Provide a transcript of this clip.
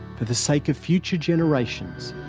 but the sake of future generations,